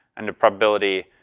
and the probability,